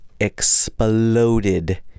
exploded